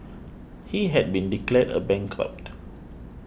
he had been declared a bankrupt